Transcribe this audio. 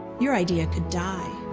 your idea could die.